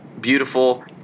beautiful